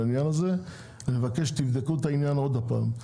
אני מבקש שתבדקו את העניין עוד פעם.